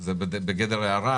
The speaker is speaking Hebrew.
זה בגדר הערה,